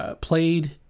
Played